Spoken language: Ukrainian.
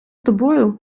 тобою